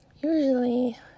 Usually